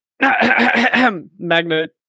Magnet